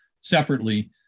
separately